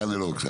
תענה לו בבקשה.